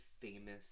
famous